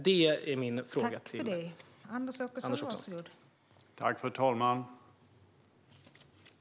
Det är min fråga till Anders Åkesson.